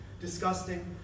disgusting